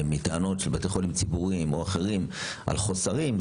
מטענות של בתי חולים ציבוריים או אחרים על חוסרים,